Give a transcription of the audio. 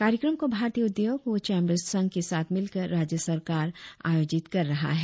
कार्यक्रम को भारतीय उद्योग व चेम्बर्स संघ के साथ मिलकर राज्य सरकार आयोजित कर रहा है